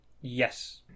Yes